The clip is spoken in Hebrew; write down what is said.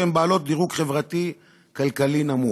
שהן בעלות דירוג חברתי-כלכלי נמוך.